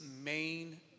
main